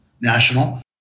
National